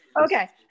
Okay